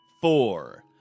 four